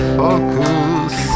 focus